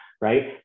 right